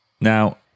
Now